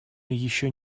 еще